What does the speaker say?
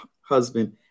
husband